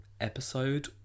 episode